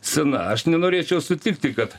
sena aš nenorėčiau sutikti kad